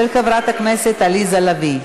של חברת הכנסת עליזה לביא.